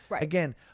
again